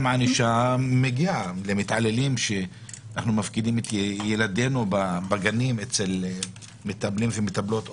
הענישה המגיע למתעללים שאנחנו מפקידים את ילדינו בגנים אצל מטפלים ומטפלות,